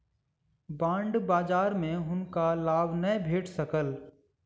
bond बजार में हुनका लाभ नै भेट सकल